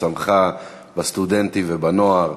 שצמחה בסטודנטים ובנוער,